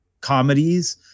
comedies